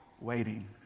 waiting